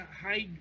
hide